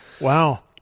Wow